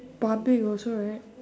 public also right